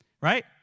right